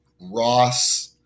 Ross